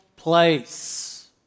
place